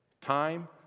Time